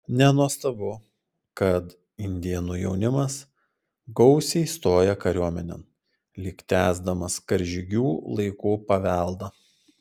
nenuostabu kad indėnų jaunimas gausiai stoja kariuomenėn lyg tęsdamas karžygių laikų paveldą